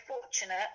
fortunate